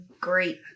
great